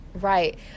right